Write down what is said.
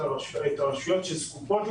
את הרשויות הזקוקות,